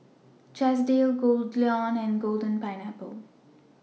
Chesdale Goldlion and Golden Pineapple